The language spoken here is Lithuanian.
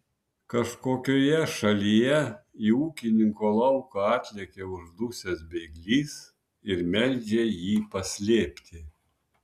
kažkokioje šalyje į ūkininko lauką atlekia uždusęs bėglys ir meldžia jį paslėpti